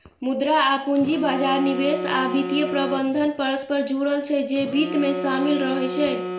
मुद्रा आ पूंजी बाजार, निवेश आ वित्तीय प्रबंधन परस्पर जुड़ल छै, जे वित्त मे शामिल रहै छै